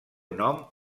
nom